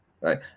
right